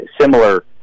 Similar